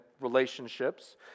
relationships